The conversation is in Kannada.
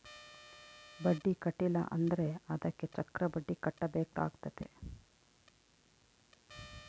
ಬಡ್ಡಿ ಕಟ್ಟಿಲ ಅಂದ್ರೆ ಅದಕ್ಕೆ ಚಕ್ರಬಡ್ಡಿ ಕಟ್ಟಬೇಕಾತತೆ